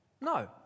No